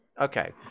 okay